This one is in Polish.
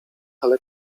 ale